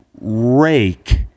rake